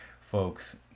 folks